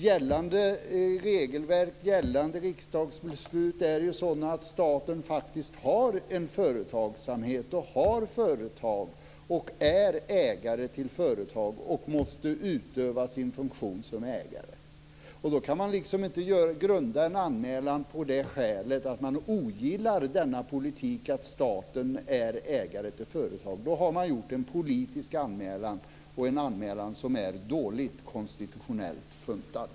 Gällande regelverk, gällande riksdagsbeslut är ju sådana att staten faktiskt har en företagsamhet, har företag, är ägare till företag och måste utöva sin funktion som ägare. Då kan man liksom inte grunda en anmälan på det skälet att man ogillar denna politik att staten är ägare till företag. Då har man gjort en politisk anmälan och en anmälan som är dåligt konstitutionellt funtad.